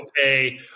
okay